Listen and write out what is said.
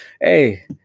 Hey